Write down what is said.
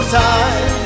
time